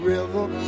River